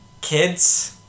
kids